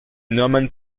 norman